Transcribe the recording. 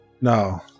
No